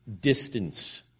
Distance